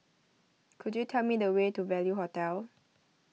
could you tell me the way to Value Hotel